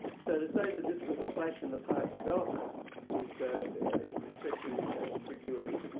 so to say that this was a flash in the park development is stretching credulity.